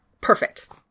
Perfect